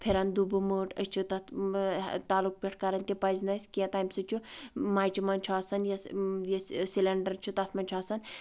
پھران دُبہٕ مٔٹۍ أسۍ چھِ تتھ تَلُک پؠٹھ کران تہِ پزِ نہٕ اَسہِ کینٛہہ تَمہِ سۭتۍ چھُ مچہِ منٛز چھُ آسان یُس یُس سِلینٛڈر چھُ تتھ مَنٛز چھُ آسان